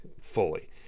fully